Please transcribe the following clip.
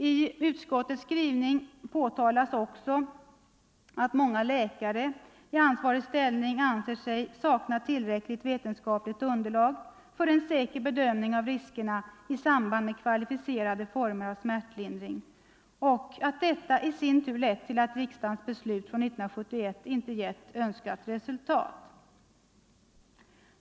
I utskottets skrivning påtalas också att många läkare i ansvarig ställning anser sig sakna tillräckligt vetenskapligt underlag för en säker bedömning av riskerna i samband med kvalificerade former av smärtlindring och att detta i sin tur lett till att riksdagens beslut från 1971 inte gett önskat resultat.